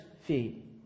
feet